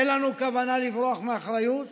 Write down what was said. אין לנו כוונה לברוח מהאחריות